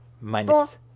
minus